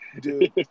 dude